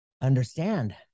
understand